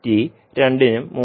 2 t 3